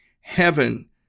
Heaven